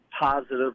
positive